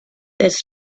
this